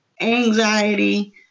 anxiety